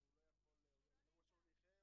כ"ו בכסלו תשע"ט,